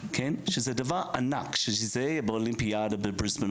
כחלק מפרויקט מחויבות